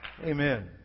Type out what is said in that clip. Amen